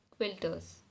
quilters